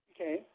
Okay